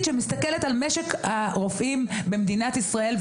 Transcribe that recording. שמסתכלת על משק הרופאים במדינת ישראל,